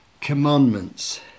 commandments